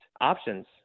options